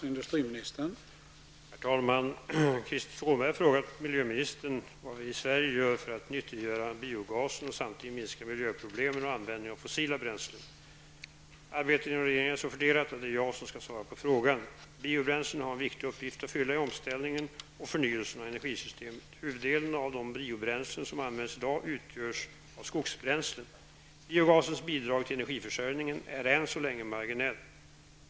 Herr talman! Herr talman! Krister Skånberg har frågat miljöministern vad vi i Sverige gör för att nyttiggöra biogasen och samtidigt minska miljöproblemen och användningen av fossila bränslen. Arbetet inom regeringen är så fördelat att det är jag som skall svara på frågan. Biobränslen har en viktig uppgift att fylla i omställningen och förnyelsen av energisystemet. Huvuddelen av de biobränslen som används i dag utgörs av skogsbränslen. Biogasens bidrag till energiförsörjningen är än så länge marginellt.